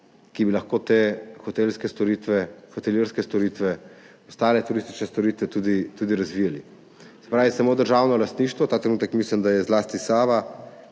ki bi lahko te hotelske storitve, hotelirske storitve, ostale turistične storitve tudi razvijali. Se pravi, samo državno lastništvo, ta trenutek mislim, da je zlasti Sava